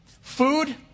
food